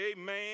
amen